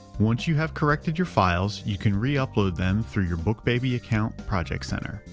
once you have corrected your files, you can re-upload them through your bookbaby account project center.